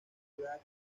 edad